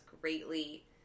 greatly